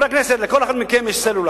חברי הכנסת, לכל אחד מכם יש סלולר,